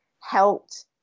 helped